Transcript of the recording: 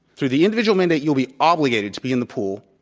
through the individual mandate you'll be obligated to be in the pool.